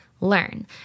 learn